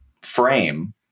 frame